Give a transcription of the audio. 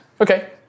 Okay